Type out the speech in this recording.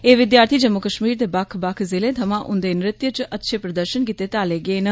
एह् विद्यार्थी जम्मू कश्मीर दे बक्ख बक्ख ज़िले थमां उन्दे नृत्य च अच्छे प्रदर्शन गित्ते ताले गेदे ऐ